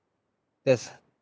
that's